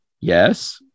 yes